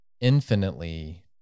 Infinitely